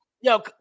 Yo